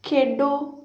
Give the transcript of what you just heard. ਖੇਡੋ